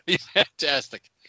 Fantastic